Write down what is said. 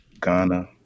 Ghana